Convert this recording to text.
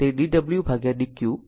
4 થી તે dwdq v છે